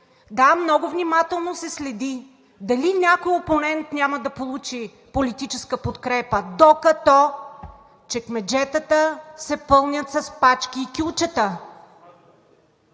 Да, много внимателно се следи дали някой опонент няма да получи политическа подкрепа, докато чекмеджетата се пълнят с пачки и кюлчета.